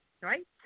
right